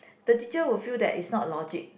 the teacher will feel that is not logic